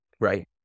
right